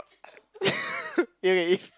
Young and Eve